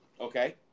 Okay